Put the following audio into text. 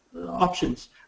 options